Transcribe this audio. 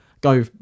go